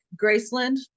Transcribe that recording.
Graceland